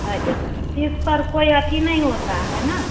तो इस इस पर कोई अथी नहीं होता है ना